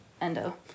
endo